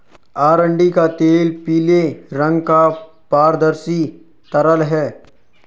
अरंडी का तेल पीले रंग का पारदर्शी तरल है